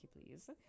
please